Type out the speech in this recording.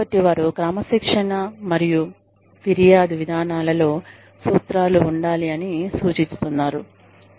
కాబట్టి వారు క్రమశిక్షణ మరియు ఫిర్యాదు విధానాలలో సూత్రాలు ఉండాలి అని సూచిస్తున్నారు